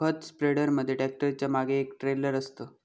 खत स्प्रेडर मध्ये ट्रॅक्टरच्या मागे एक ट्रेलर असतं